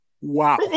Wow